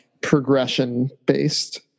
progression-based